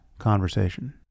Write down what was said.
conversation